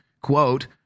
quote